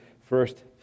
first